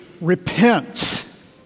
repent